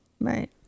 Right